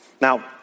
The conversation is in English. Now